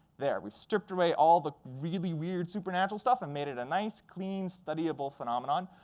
there, we've stripped away all the really weird supernatural stuff and made it a nice, clean studyable phenomenon.